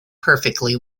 perfectly